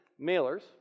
mailers